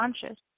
conscious